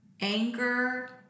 anger